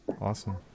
awesome